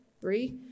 three